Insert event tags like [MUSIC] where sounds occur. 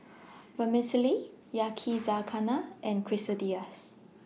[NOISE] Vermicelli Yakizakana and Quesadillas